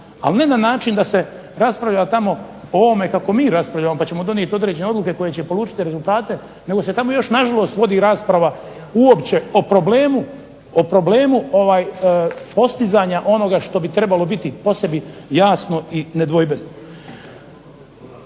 ali ne na način da se raspravlja tamo o ovome kako mi raspravljamo pa ćemo donijeti određene odluke koje će polučiti rezultate, nego se tamo još na žalost vodi rasprava uopće o problemu postizanja onoga što bi trebalo biti po sebi jasno i nedvojbeno.